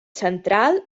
central